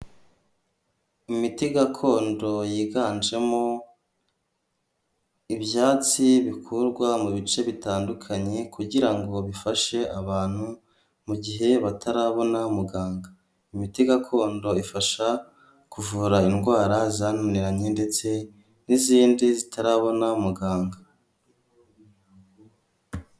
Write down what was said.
Imiti gakondo yiganjemo ibyatsi bikurwa mu bice bitandukanye, kugira ngo bifashe abantu mu gihe batarabona muganga, imiti gakondo ifasha kuvura indwara zananiranye ndetse n'izindi zitarabona muganga.